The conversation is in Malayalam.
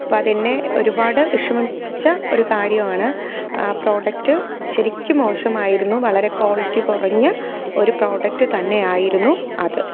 അപ്പം അതെന്നെ ഒരുപാട് വിഷമിപ്പിച്ച ഒരു കാര്യമാണ് ആ പ്രോഡക്റ്റ് ശരിക്കും മോശമായിരുന്നു വളരെ ക്വാളിറ്റി കുറഞ്ഞ ഒരു പ്രോഡക്റ്റ് തന്നെ ആയിരുന്നു അത്